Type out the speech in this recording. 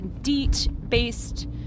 DEET-based